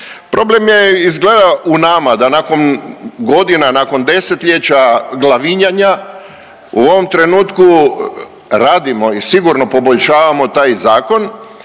Problema je izgleda u nama da nakon godina, nakon desetljeća glavinjanja u ovom trenutku radimo i sigurno poboljšavamo taj zakon